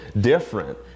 different